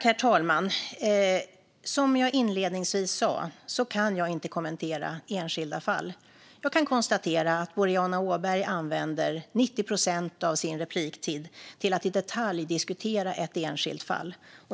Herr talman! Som jag inledningsvis sa kan jag inte kommentera enskilda fall. Jag kan konstatera att Boriana Åberg använder 90 procent av sin repliktid till att i detalj diskutera ett enskilt fall.